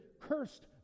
cursed